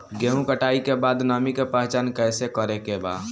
गेहूं कटाई के बाद नमी के पहचान कैसे करेके बा?